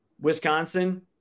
Wisconsin